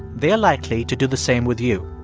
they're likely to do the same with you.